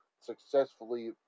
successfully